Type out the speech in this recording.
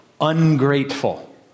ungrateful